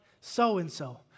so-and-so